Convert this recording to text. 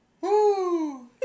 Woo